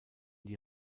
die